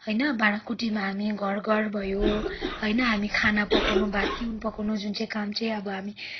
होइन भाँडाकुटीमा हामी घर घर भयो होइन हामी खाना पकाउनु भात तिहुन पकाउनु जुन चाहिँ काम चाहिँ अब हामी